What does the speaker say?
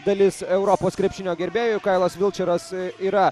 dalis europos krepšinio gerbėjų kailas vilčeras yra